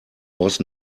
was